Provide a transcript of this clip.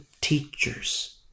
teachers